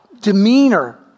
demeanor